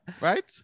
Right